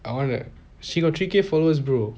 I want that she got three K followers bro